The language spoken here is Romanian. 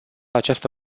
această